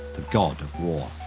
the god of war.